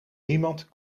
niemand